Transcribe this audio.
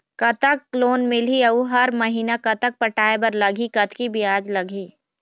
कतक लोन मिलही अऊ हर महीना कतक पटाए बर लगही, कतकी ब्याज लगही?